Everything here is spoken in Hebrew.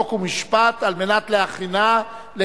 חוק ומשפט נתקבלה.